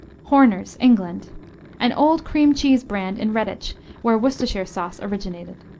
horner's england an old cream cheese brand in redditch where worcestershire sauce originated.